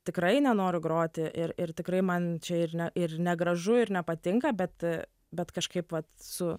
tikrai nenoriu groti ir ir tikrai man čia ir ne ir negražu ir nepatinka bet bet kažkaip vat su